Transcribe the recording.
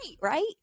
Right